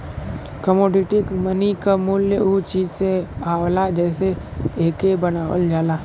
commodity money क मूल्य उ चीज से आवला जेसे एके बनावल जाला